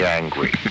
angry